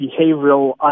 behavioral